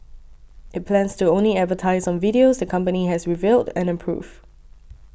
it plans to only advertise on videos the company has reviewed and approved